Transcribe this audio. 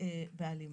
בהלימה.